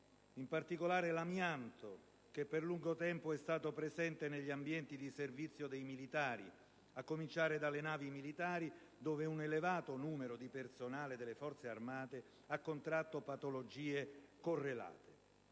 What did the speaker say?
In particolare l'amianto, che per lungo tempo è stato presente negli ambienti di servizio dei militari, a cominciare dalle navi militari, dove un elevato numero di personale delle Forze armate ha contratto patologie asbesto-correlate.